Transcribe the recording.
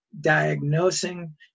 diagnosing